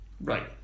Right